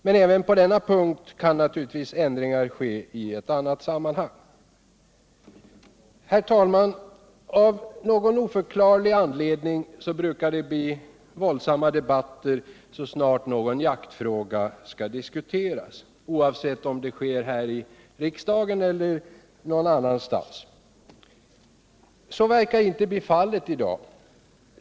Men även på denna punkt kan naturligtvis ändringar ske i ett annat sammanhang. Herr talman! Av någon oförklarlig anledning brukar det bli våldsamma debatter så snart någon jaksifråga skall diskuteras, oavsett om det sker här i riksdagen eller någon annanstans. Så verkar inte bli fallet i dag.